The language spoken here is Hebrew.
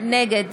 נגד